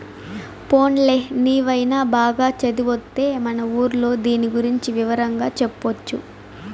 పోన్లే నీవైన బాగా చదివొత్తే మన ఊర్లో దీని గురించి వివరంగా చెప్పొచ్చు